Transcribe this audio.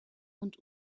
und